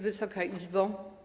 Wysoka Izbo!